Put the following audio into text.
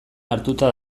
hartuta